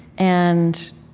and